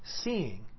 seeing